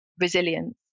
resilience